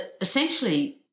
essentially